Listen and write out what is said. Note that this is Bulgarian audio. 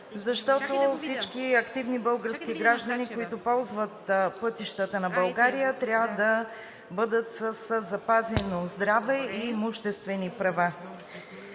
защото всички активни български граждани, които ползват пътищата на България, трябва да бъдат със запазено здраве и имуществени права.